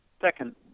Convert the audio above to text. second